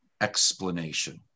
explanation